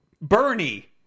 bernie